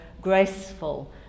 graceful